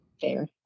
Fair